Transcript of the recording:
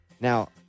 Now